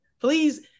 please